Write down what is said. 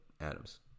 Adams